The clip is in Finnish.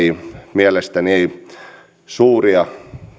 mielestäni ei suuria